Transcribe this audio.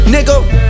Nigga